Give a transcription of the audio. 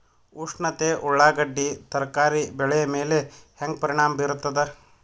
ಉಷ್ಣತೆ ಉಳ್ಳಾಗಡ್ಡಿ ತರಕಾರಿ ಬೆಳೆ ಮೇಲೆ ಹೇಂಗ ಪರಿಣಾಮ ಬೀರತದ?